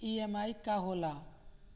EMI का होला?